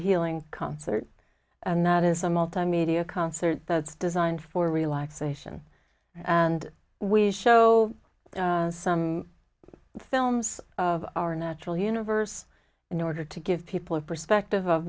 healing concert and that is a multimedia concert that's designed for relaxation and we show some films of our natural universe in order to give people a perspective of